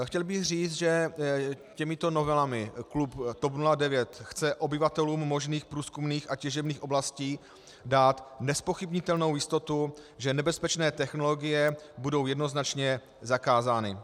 Chtěl bych říci, že těmito novelami klub TOP 09 chce obyvatelům možných průzkumných a těžebních oblastí dát nezpochybnitelnou jistotu, že nebezpečné technologie budou jednoznačně zakázány.